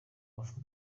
amafoto